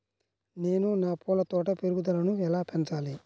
నేను నా పూల తోట పెరుగుదలను ఎలా పెంచాలి?